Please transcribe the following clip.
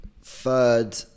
third